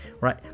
right